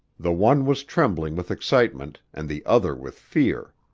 the one was trembling with excitement and the other with fear.